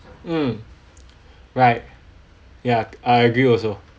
mm right yeah I agree also